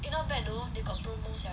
eh not bad though they got promo sia